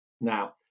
now